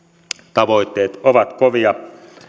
tavoitteet ovat kovia